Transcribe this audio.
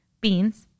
beans